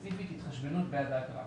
ספציפית התחשבנות בעד האגרה.